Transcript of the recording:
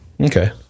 Okay